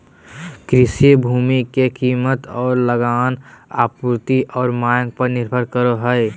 कृषि भूमि के कीमत और लगान आपूर्ति और मांग पर निर्भर करो हइ